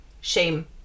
shame